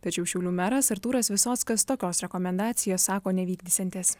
tačiau šiaulių meras artūras visockas tokios rekomendacijos sako nevykdysiantis